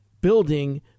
building